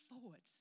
forwards